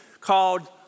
called